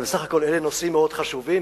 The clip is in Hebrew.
בסך הכול אלה נושאים מאוד חשובים,